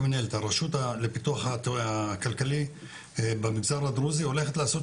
הרשות לפיתוח הכלכלי במגזר הדרוזי הולכת לעשות